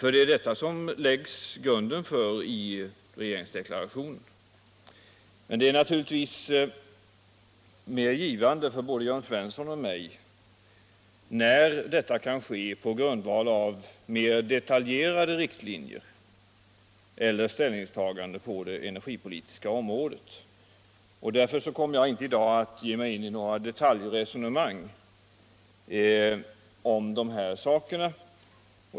Grunden för detta läggs nämligen i regeringsdeklarationen. Men det är naturligtvis mer givande för både Jörn Svensson och mig att diskutera när detta kan ske på grundval av mer detaljerade riktlinjer eller ställningstaganden på det energipolitiska området. Därför kommer jag inte i dag att ge mig in på några detaljresonemang om dessa saker.